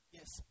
Yes